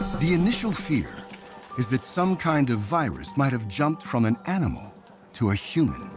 the initial fear is that some kind of virus might have jumped from an animal to a human